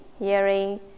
hearing